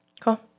Cool